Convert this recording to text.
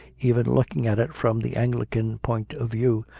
even looking at it from the anglican point of view,